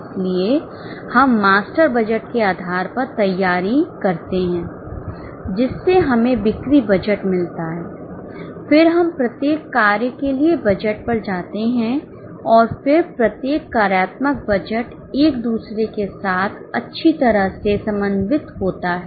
इसलिए हम master budget के आधार पर तैयारी करते हैंजिससे हमें बिक्री बजट मिलता है फिर हम प्रत्येक कार्य के लिए बजट पर जाते हैं और फिर प्रत्येक कार्यात्मक बजट एक दूसरे के साथ अच्छी तरह से समन्वित होता है